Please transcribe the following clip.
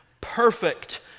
perfect